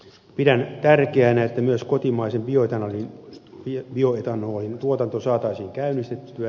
pidän tärkeänä että myös kotimaisen bioetanolin tuotanto saataisiin käynnistettyä